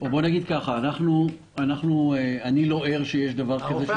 נגיד דבר כזה: אני לא ער לכך שיש דבר כזה.